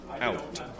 out